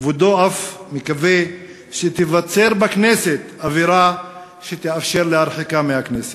כבודו אף מקווה שתיווצר בכנסת אווירה שתאפשר להרחיקה מהכנסת.